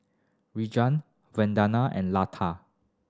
Vandana and Lata